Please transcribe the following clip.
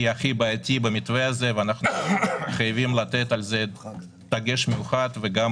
בעייתי במתווה הזה ואנחנו חייבים לתת על זה דגש מיוחד וגם